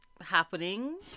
happening